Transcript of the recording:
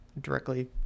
directly